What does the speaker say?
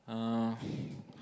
uh